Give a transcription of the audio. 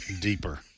deeper